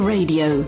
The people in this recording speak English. Radio